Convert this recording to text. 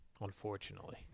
Unfortunately